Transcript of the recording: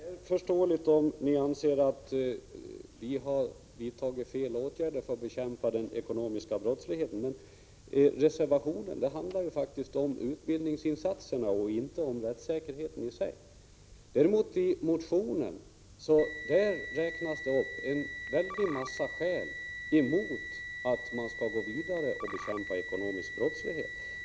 Fru talman! Det är förståeligt, Lars Sundin, om ni anser att vi har vidtagit fel åtgärder för att bekämpa den ekonomiska brottsligheten. Men reservationen handlar faktiskt om utbildningsinsatserna och inte om rättssäkerheten i sig. Däremot räknas det i motionen upp en väldig massa skäl emot att gå vidare och bekämpa ekonomisk brottslighet.